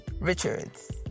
Richards